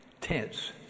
tense